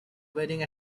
wedding